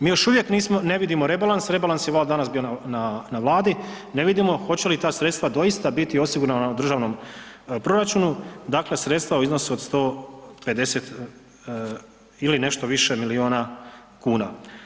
Mi još uvijek nismo, ne vidimo rebalans, rebalans je danas bio na, na Vladi, ne vidimo hoće li ta sredstva doista biti osigurana u državnom proračunu, dakle sredstva u iznosu od 150 ili nešto više milijuna kuna.